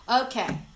Okay